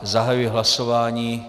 Zahajuji hlasování.